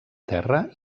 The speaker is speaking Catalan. terra